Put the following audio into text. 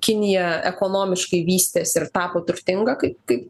kinija ekonomiškai vystėsi ir tapo turtinga kai kai